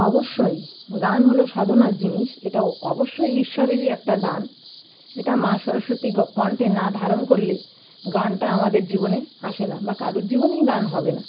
অবশ্যই গান হলো সাধনার জিনিস এটা অবশ্যই ঈশ্বরেরই একটা দান এটা মা সরস্বতী কণ্ঠে না ধারণ করলে গানটা আমাদের জীবনে আসে না বা কারোর জীবনেই গান হবে না